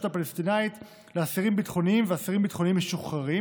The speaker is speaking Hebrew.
הפלסטינית לאסירים ביטחוניים ולאסירים ביטחוניים משוחררים,